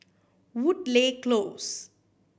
Woodleigh Close